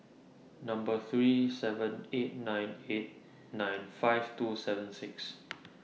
three seven eight nine eight nine five two seven six